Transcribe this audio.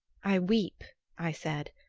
i weep i said,